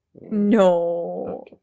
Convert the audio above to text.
no